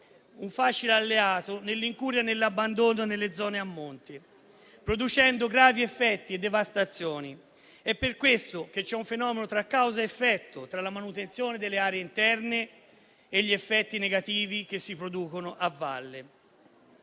un facile alleato nell'incuria e nell'abbandono delle zone a monte, producendo gravi effetti e devastazioni. È per questo che c'è un legame tra causa ed effetto, tra la manutenzione delle aree interne e gli effetti negativi che si producono a valle.